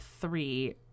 three